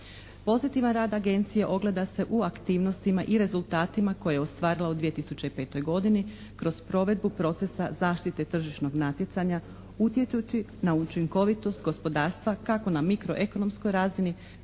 Pozitivan rad Agencije ogleda se u aktivnostima i rezultatima koje je ostvarila u 2005. godini kroz provedbu procesa zaštite tržišnog natjecanja utječući na učinkovitost gospodarstva kako na mikroekonomskoj razini